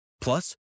Plus